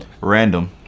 random